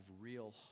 real